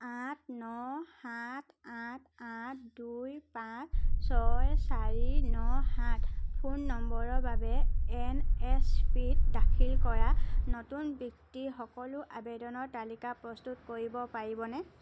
আঠ ন সাত আঠ আঠ দুই পাঁচ ছয় চাৰি ন সাত ফোন নম্বৰৰ বাবে এন এছ পি ত দাখিল কৰা নতুন বৃত্তিৰ সকলো আৱেদনৰ তালিকা প্ৰস্তুত কৰিব পাৰিবনে